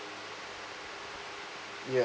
ya